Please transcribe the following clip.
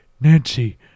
Nancy